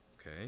okay